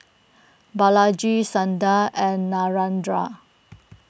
Balaji Sundar and Narendra